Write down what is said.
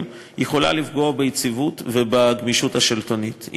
יכולה לפגוע ביציבות ובגמישות השלטונית.